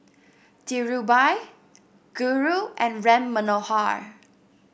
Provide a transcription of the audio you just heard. Dhirubhai Guru and Ram Manohar